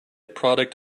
product